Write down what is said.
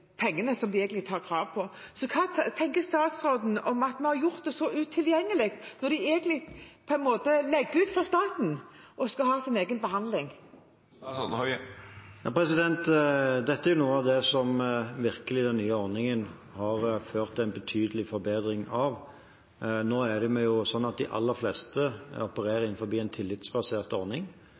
Hva tenker statsråden om at vi har gjort det så utilgjengelig, når de på en måte egentlig legger ut for staten når de skal ha sin egen behandling? Dette er noe av det som den nye ordningen virkelig har ført til en betydelig forbedring av. Nå er det sånn at de aller fleste opererer innenfor en tillitsbasert ordning,